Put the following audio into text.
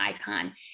icon